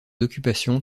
d’occupation